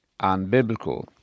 unbiblical